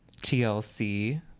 TLC